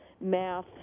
math